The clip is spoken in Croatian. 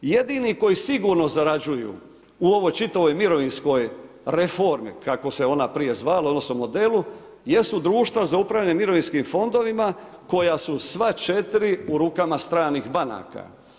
Jedini koji sigurno zarađuju u ovoj čitavoj mirovinskoj reformi, kako se ona prije zvala, odnosno modelu jesu društva za upravljanje mirovinskim fondovima koja su sva 4 u rukama stranih banaka.